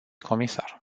comisar